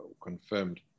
confirmed